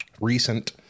recent